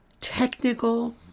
Technical